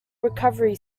recovery